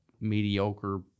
mediocre